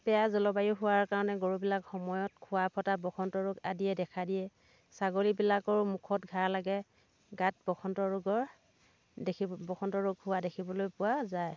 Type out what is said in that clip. বেয়া জলবায়ু হোৱাৰ কাৰণে গৰুবিলাক সময়ত খুৰা ফটা বসন্ত ৰোগ আদিয়ে দেখা দিয়ে ছাগলীবিলাকৰো মুখত ঘাঁ লাগে গাত বসন্ত ৰোগৰ দেখিব বসন্ত ৰোগ হোৱা দেখিবলৈ পোৱা যায়